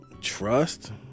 trust